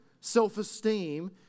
self-esteem